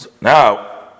Now